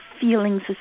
feelings